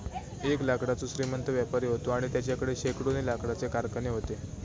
एक लाकडाचो श्रीमंत व्यापारी व्हतो आणि तेच्याकडे शेकडोनी लाकडाचे कारखाने व्हते